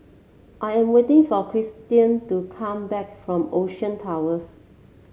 I am waiting for Kristian to come back from Ocean Towers